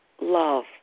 love